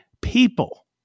people